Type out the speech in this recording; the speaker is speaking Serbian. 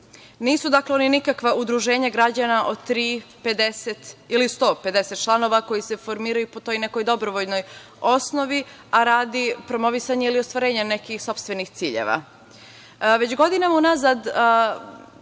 Nisu, dakle, oni nikakva udruženja građana od tri, pedeset ili 150 članova koji se formiraju po toj nekoj dobrovoljnoj osnovi, a radi promovisanja ili ostvarenja nekih sopstvenih ciljeva. Već